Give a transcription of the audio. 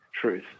truth